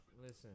Listen